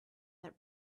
that